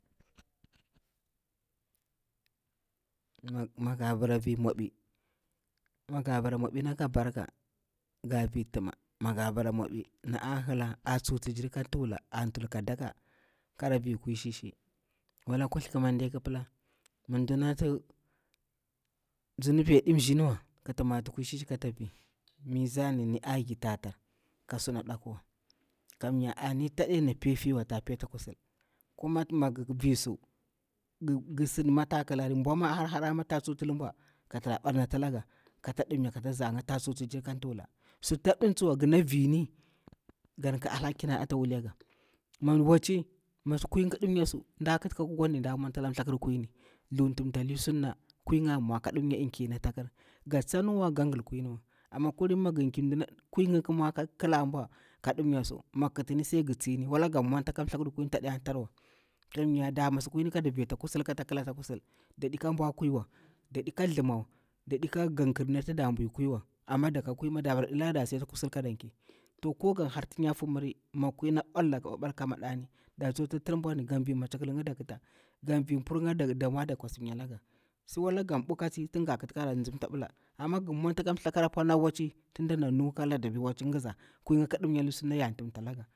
Mah ga bara vi nmwaɓi, ga bara mmbi naka barka, ga vi tima, mah garbara vi nmwabi na ntunula atsuktigiri kah tuwah, ntul kadaƙa kah vi kwai shi- shi. walah kuthli kumade ƙupala madunati bunubi adi njiniwa kati mati ƙwai shishi kata vi mizanini ayi tahtar ka sun nɗakwa. kami ani tadini piatiwa tana pi ata kusil magu visu gusida ta ƙutar nbuwa mah harhareri ta tsukti lumbwa kara baratilaga kata duniya kata zankina kata tsukti giri kah tuwula. Sutita bɗan tsuwa gana viri ganka alhalcin ata ulega, an waci kuyinkha ku duniya su dah ƙuti ƙah kukwani nda mmuntala nthlakar kwai ni, thuw ntimtali sumah ƙwari kha an nmwa kah duniya l kini ata kar, ka tsiniwa ga ngal kwainiwa. amah kulini wakwai kumwah ka ƙalah nya nbuwa ka dunmiya su ka ƙatini sai gu tsini wala gani mmwantala nthlakar lewaini tadiya tarwa. kamiya tada masi kwaini kada vini at kusil, kata kala ata kusil dadikah nbuwa kwai wa, dadikah thumawa, dadikah gankal nati ɗah nbui kwai wa. Amah ɗaka kwai mah da bara ɗular ɗah si ata kusil kaɗa nki. Toh ko gan harti nyafu mammari mah kwai na uwallakah kah madani dah tsuti tir nbwani gan vi machiklankha da ƙutah, gan vi npurncha ɗa nmwa da kwasinmiya laga. So wallah gan ɓwah kah si, tin ga katari kah nzamfa aɓulah. amah gur nmwatah kah mthlakar apar nawaci dana nuwa kah ladabi mwaci ngazah kuyinkha ƙu dimmili sunah ya tamtalaga.